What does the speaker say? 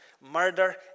murder